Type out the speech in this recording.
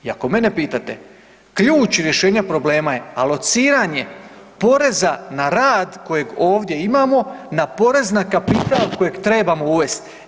I ako mene pitate, ključ rješenja problema je alociranje poreza na rad kojeg ovdje imamo, na porez na kapital kojeg trebamo uvesti.